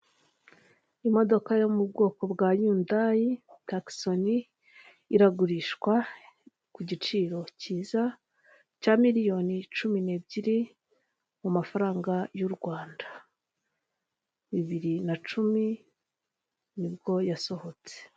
Uru ni urubuga rwo kwamamarizaho ibijyanye n'ubwishingizi, nawe rero nakugira inama niba uri umucuruz,i ndetse ufite ibindi bikorwa bikwinjiriza amafaranga, y'uko wabishinganisha mu bigo nk'ibi.